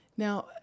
Now